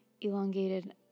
elongated